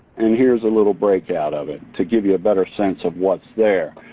and here's a little breakout of it, to give you a better sense of what's there.